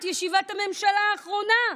את ישיבת הממשלה האחרונה.